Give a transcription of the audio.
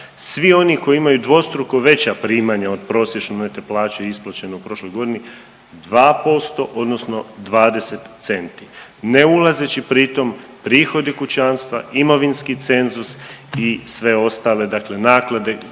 Svi oni koji imaju dvostruko veća primanja od prosječne neto plaće isplaćene u prošloj godini, 2% odnosno 20 centi, ne ulazeći pritom prihodi kućanstva, imovinski cenzus i sve ostale dakle